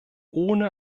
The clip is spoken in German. ohne